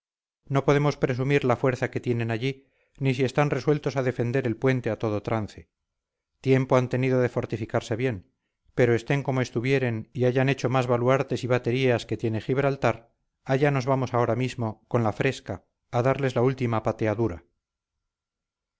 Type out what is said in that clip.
no podemos presumir la fuerza que tienen allí ni si están resueltos a defender el puente a todo trance tiempo han tenido de fortificarse bien pero estén como estuvieren y hayan hecho más baluartes y baterías que tiene gibraltar allá nos vamos ahora mismo con la fresca a darles la última pateadura